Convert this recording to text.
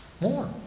More